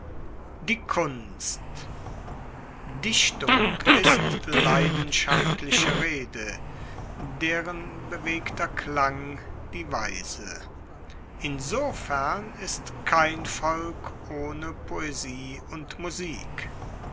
die kunst dichtung ist leidenschaftliche rede deren bewegter klang die weise insofern ist kein volk ohne poesie und musik